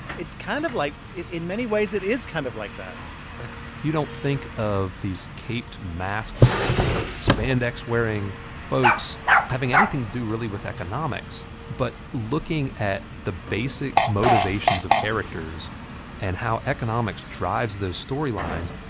it's kind of like in many ways, it is kind of like that you don't think of these caped, masked spandex-wearing folks having anything do, really, with economics. but looking at the basic motivations of characters and how economics drives those storylines,